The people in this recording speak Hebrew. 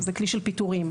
הוא פיטורים.